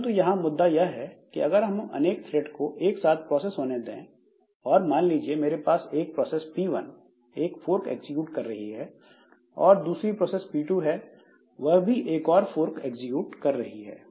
परंतु यहाँ मुद्दा यह है कि अगर हम अनेक थ्रेड को एक साथ प्रोसेस होने दें और मान लीजिए मेरे पास एक प्रोसेस P1 एक फोर्क एग्जीक्यूट कर रही है और दूसरी प्रोसेस P2 है वह भी एक और फोर्क एग्जीक्यूट कर रही है